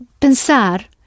pensar